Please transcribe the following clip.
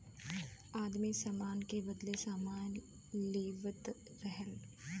आदमी सामान के बदले सामान लेवत रहल